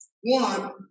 one